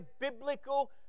biblical